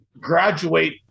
graduate